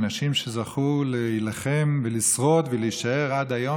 אנשים שזכו להילחם ולשרוד ולהישאר עד היום